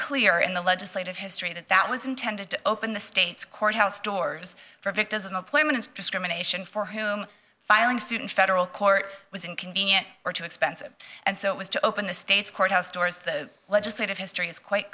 clear in the legislative history that that was intended to open the state's courthouse doors for if it doesn't appointments discrimination for whom filing suit in federal court was inconvenient or too expensive and so it was to open the state's courthouse doors the legislative history is quite